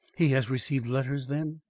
he has received letters then?